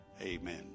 amen